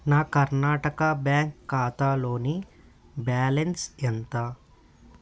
నా కర్ణాటక బ్యాంక్ ఖాతాలోని బ్యాలన్స్ ఎంత